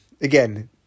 Again